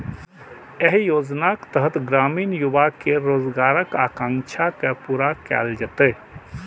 एहि योजनाक तहत ग्रामीण युवा केर रोजगारक आकांक्षा के पूरा कैल जेतै